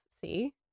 see